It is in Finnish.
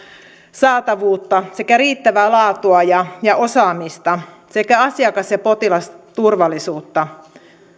saatavuutta sekä riittävää laatua ja ja osaamista sekä asiakas ja potilasturvallisuutta